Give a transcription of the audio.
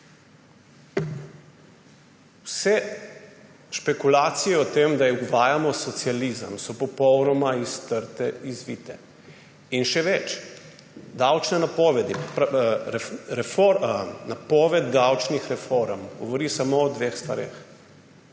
Vse špekulacije o tem, da uvajamo socializem, so popolnoma iz trte izvite. In še več, davčne napovedi, napoved davčnih reform govori samo o dveh stvareh